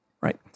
right